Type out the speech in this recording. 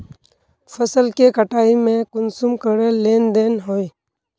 फसल के कटाई में कुंसम करे लेन देन होए?